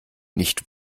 nicht